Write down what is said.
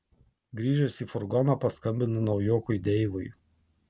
grįžęs į furgoną paskambinu naujokui deivui